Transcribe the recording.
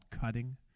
cutting